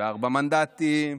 64 מנדטים.